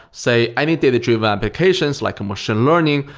say, any data-driven applications, like a machine learning,